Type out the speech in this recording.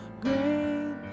Great